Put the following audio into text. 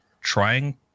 trying